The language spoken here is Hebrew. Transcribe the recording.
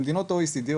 במדינות ה-OECD,